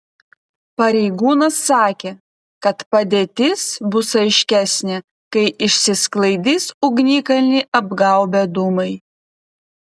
pareigūnas sakė kad padėtis bus aiškesnė kai išsisklaidys ugnikalnį apgaubę dūmai